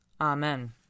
Amen